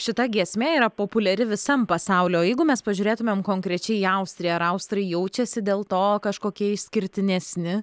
šita giesmė yra populiari visam pasauly o jeigu mes pažiūrėtumėm konkrečiai į austriją ar austrai jaučiasi dėl to kažkokie išskirtinesni